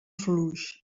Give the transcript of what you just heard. fluix